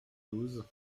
douze